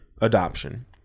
adoption